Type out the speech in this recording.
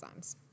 enzymes